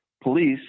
police